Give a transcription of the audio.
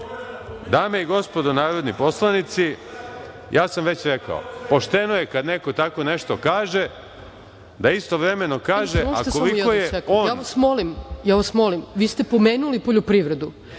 i gospodo narodni poslanici, ja sam već rekao, pošteno je kada neko tako nešto kaže, da istovremeno kaže koliko je